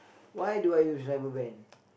why do I use rubber band